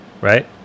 Right